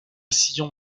sillon